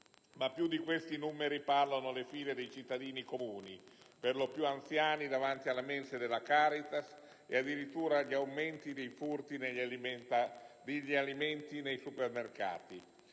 Più di questi numeri parlano le file dei cittadini comuni, per lo più anziani, davanti alle mense della Caritas e addirittura gli aumenti dei furti di alimenti nei supermercati.